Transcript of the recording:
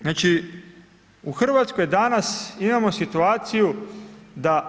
Znači u Hrvatskoj danas imamo situaciju da